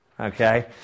Okay